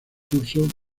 curso